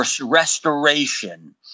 restoration